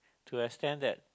to extent that